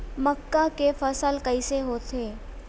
मक्का के फसल कइसे होथे?